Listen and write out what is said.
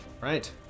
Right